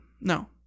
No